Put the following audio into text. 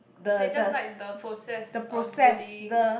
they just like the process of bullying